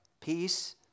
Peace